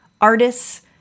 artists